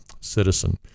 citizen